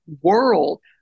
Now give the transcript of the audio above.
world